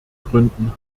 gründen